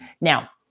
Now